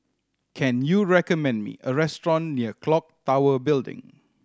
can you recommend me a restaurant near Clock Tower Building